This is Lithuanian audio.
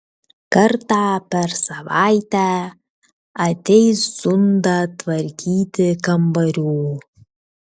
kartą per savaitę ateis zunda tvarkyti kambarių